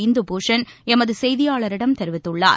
இந்து பூஷன் எமது செய்தியாளரிடம் தெரிவித்துள்ளார்